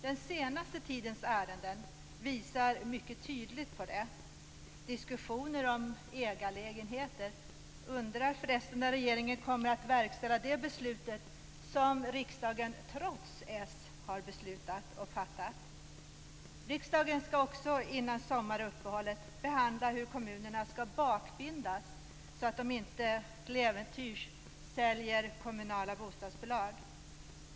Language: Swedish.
Den senaste tidens ärenden visar mycket tydligt på det. Det har varit diskussioner om ägarlägenheter. Jag undrar när regeringen kommer att verkställa det beslut som riksdagen, trots s, har fattat. Riksdagen skall också innan sommaruppehållet behandla hur kommunerna skall bakbindas, så att de inte till äventyrs säljer kommunala bostadsbolag.